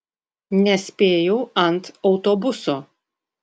nespėjau ant autobuso